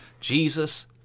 Jesus